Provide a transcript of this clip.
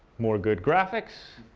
more good graphics.